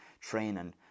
training